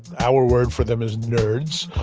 our word for them is nerds.